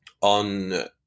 On